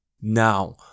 Now